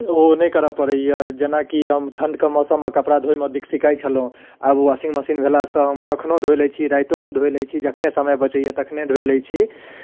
ओ नहि करऽ पड़ैयै जेना कि हम ठण्डके मौसममे कपड़ा धोइमे छिकचिकाइ छलहुँ आब वाशिंग मशीन भेलासँ हम कखनौ धो लै छी रातियो कऽ धो लै छी जखने समय बचैये तखने धो लै छी